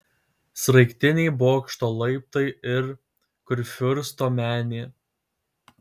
sraigtiniai bokšto laiptai ir kurfiursto menė